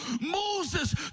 Moses